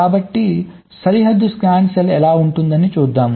కాబట్టి సరిహద్దు scan cell ఎలా ఉంటుంది చూద్దాం